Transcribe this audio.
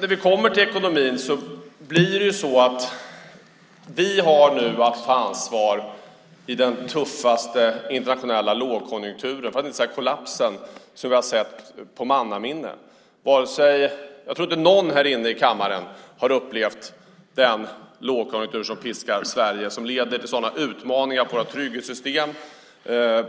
När det gäller ekonomin har vi nu att ta ansvar i den tuffaste internationella lågkonjunkturen - för att inte säga kollapsen - i mannaminne. Jag tror inte att någon i kammaren har upplevt en sådan lågkonjunktur som nu piskar Sverige och som leder till sådana utmaningar för våra trygghetssystem